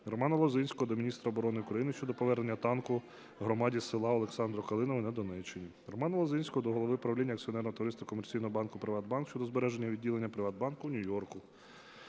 Романа Лозинського до міністра оборони України щодо повернення танку громаді села Олександро-Калинове на Донеччині. Романа Лозинського до голови правління Акціонерного товариства комерційного банку "ПриватБанк" щодо збереження відділення Приватбанк у Нью-Йорку.